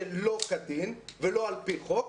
שלא כדין ולא על פי חוק,